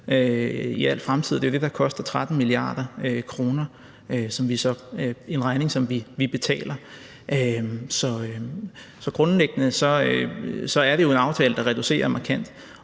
i al fremtid. Det er det, der koster 13 mia. kr., som er en regning, vi så betaler. Så grundlæggende er det jo en aftale, der reducerer markant.